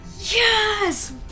Yes